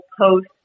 post